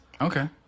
Okay